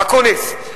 אקוניס,